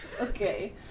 Okay